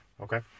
Okay